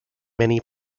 many